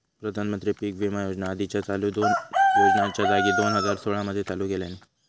प्रधानमंत्री पीक विमा योजना आधीच्या चालू दोन योजनांच्या जागी दोन हजार सोळा मध्ये चालू केल्यानी